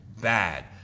bad